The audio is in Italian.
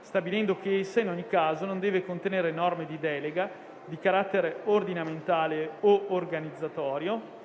stabilendo che essa, in ogni caso, non deve contenere norme di delega, di carattere ordinamentale o organizzatorio,